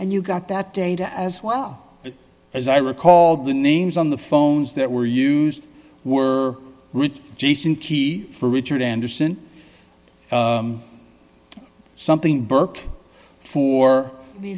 and you got that data as well as i recall the names on the phones that were used were rich jason key for richard anderson something brooke for